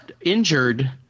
injured